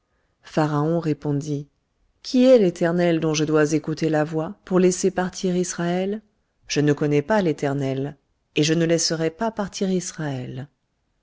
répondit qui est l'éternel dont je dois écouter la voix pour laisser partir israël je ne connais pas l'éternel et je ne laisserai pas partir israël